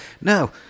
No